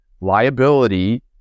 liability